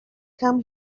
come